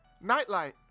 Nightlight